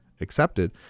accepted